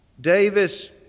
Davis